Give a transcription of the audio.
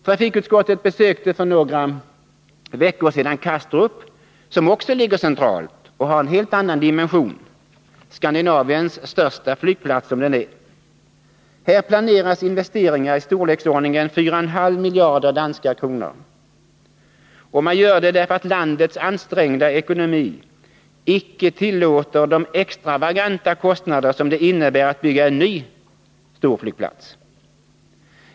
Trafikutskottet besökte för några veckor sedan Kastrup, som också ligger centralt och har en helt annan dimension — Skandinaviens största flygplats som den är. Här planeras investeringar i storleksordningen 4,5 miljarder danska kronor, och man gör det därför att landets ansträngda ekonomi icke tillåter de extravaganta kostnader som det innebär att bygga en ny flygplats.